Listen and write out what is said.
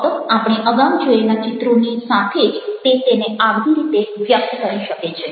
ફક્ત આપણે અગાઉ જોયેલા ચિત્રોની સાથે જ તે તેને આગવી રીતે વ્યક્ત કરી શકે છે